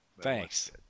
Thanks